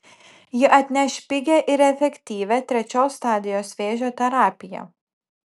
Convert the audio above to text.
ji atneš pigią ir efektyvią trečios stadijos vėžio terapiją